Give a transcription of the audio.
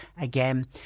again